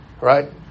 right